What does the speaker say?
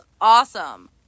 awesome